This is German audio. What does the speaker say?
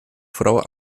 frau